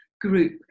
group